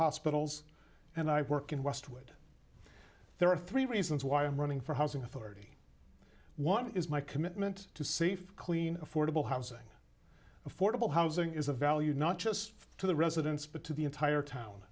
hospitals and i work in westwood there are three reasons why i'm running for housing authority one is my commitment to safe clean affordable housing affordable housing is a value not just to the residents but to the entire town